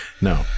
No